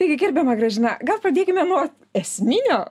taigi gerbiama gražina gal pradėkime nuo esminio